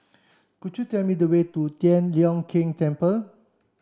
could you tell me the way to Tian Leong Keng Temple